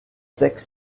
sechs